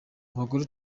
abagore